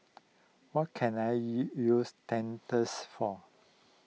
what can I U use Dentiste for